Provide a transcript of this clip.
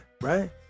right